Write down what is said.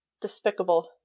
Despicable